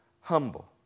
humble